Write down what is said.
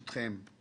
חיצוניים.